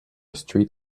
street